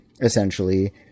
essentially